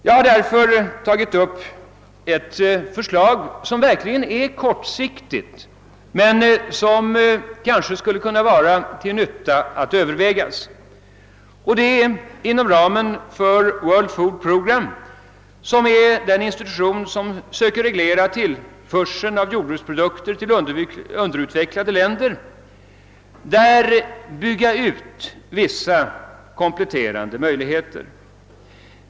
Jag har därför tagit upp ett förslag, som verkligen är kortsiktigt men som skulle kunna förtjäna att övervägas, nämligen att inom ramen för World Food Program — den institution som söker reglera tillförseln av jordbruksprodukter till underutvecklade länder — bygga ut vissa kompletterande åtgärder.